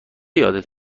یادت